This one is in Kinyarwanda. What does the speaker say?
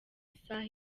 isaha